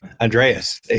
Andreas